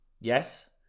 Yes